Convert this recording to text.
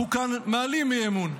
אנחנו כאן מעלים אי-אמון.